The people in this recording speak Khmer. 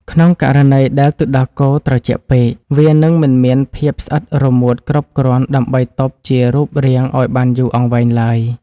ក្នុងករណីដែលទឹកដោះគោត្រជាក់ពេក វានឹងមិនមានភាពស្អិតរមួតគ្រប់គ្រាន់ដើម្បីទប់ជារូបរាងឱ្យបានយូរអង្វែងឡើយ។